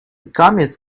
comet